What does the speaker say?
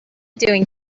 doing